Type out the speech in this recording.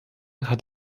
hat